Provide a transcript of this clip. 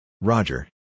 Roger